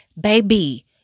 baby